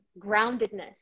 groundedness